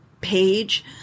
page